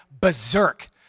berserk